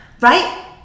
Right